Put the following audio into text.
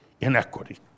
inequity